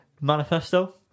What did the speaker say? Manifesto